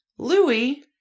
Louis